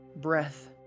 breath